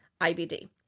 IBD